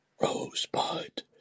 Rosebud